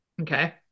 Okay